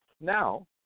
Now